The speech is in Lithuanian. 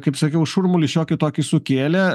kaip sakiau šurmulį šiokį tokį sukėlė